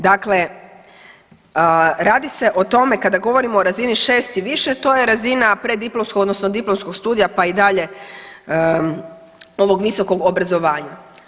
Dakle, radi se o tome kada govorimo o razini 6 i više to je razina preddiplomskog odnosno diplomskog studija pa i dalje ovog visokog obrazovanja.